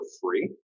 free